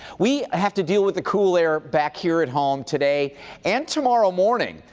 we have to deal with the cool air back here at home today and tomorrow morning.